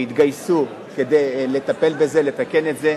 התגייסו כדי לטפל בזה, לתקן את זה,